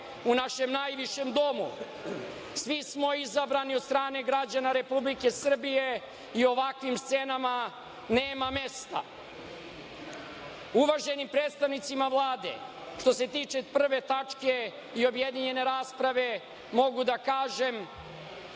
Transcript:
u našem najvišem domu. Svi smo izabrani od strane građana Republike Srbije i ovakvim scenama nema mesta. Uvaženim predstavnicima Vlade, što se tiče 1. tačke i objedinjene rasprave, mogu da kažem